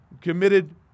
committed